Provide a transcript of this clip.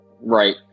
Right